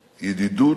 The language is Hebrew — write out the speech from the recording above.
ידידות,